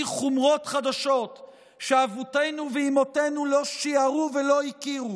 חומרות חדשות שאבותינו ואימותינו לא שיערו ולא הכירו,